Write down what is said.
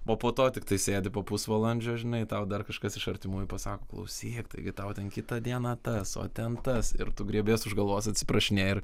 o po to tiktai sėdi po pusvalandžio žinai tau dar kažkas iš artimųjų pasako klausyk taigi tau ten kitą dieną tas o ten tas ir tu griebies už galvos atsiprašinėji ir